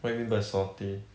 what you mean by salty